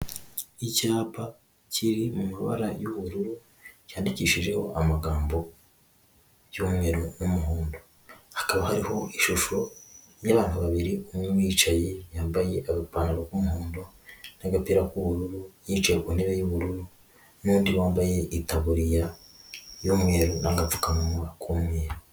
Icyapa kiri mu mu mabara y'ubururu cyandikishijeho amagambo y'umweru n'umuhondo, hakaba hariho ishusho y'abantu babiri umwe wicaye yambaye agapantaro k'umuhondo n'agapira k'ubururu yicaye ku ntebe y'ubururu n'undi wambaye itaburiya y'umweru n'agapfukamunwa k'umweru.